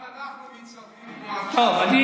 גם אנחנו מצטרפים, תנועת ש"ס, אדוני.